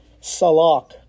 Salak